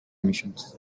emissions